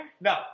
No